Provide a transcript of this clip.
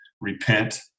repent